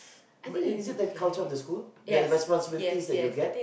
but is it the culture of the school the responsibility that you get